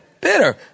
bitter